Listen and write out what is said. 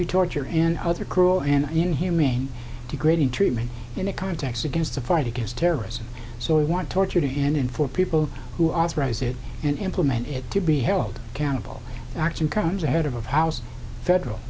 to torture and other cruel and inhumane degrading treatment in a context against a fight against terrorism so we want tortured in and for people who authorized it and implement it to be held accountable and action comes ahead of of house federal